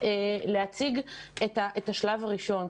אני רוצה להציג לכם את השלב הראשון.